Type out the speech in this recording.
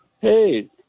hey